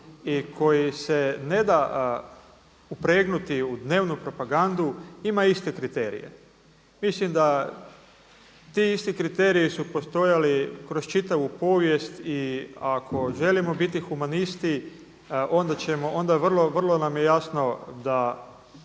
i koji se ne da upregnuti u dnevnu propagandu ima iste kriterije. Mislim da ti isti kriteriji su postojali kroz čitavu povijest i ako želimo biti humanisti, onda nam je vrlo jasno da